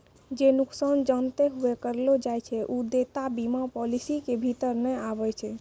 जे नुकसान जानते हुये करलो जाय छै उ देयता बीमा पालिसी के भीतर नै आबै छै